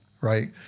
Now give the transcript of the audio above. right